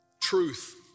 Truth